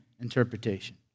interpretation